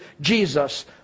Jesus